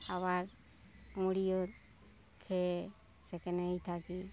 আবার মুড়িও খেয়ে সেখানেই থাকি